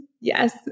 Yes